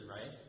right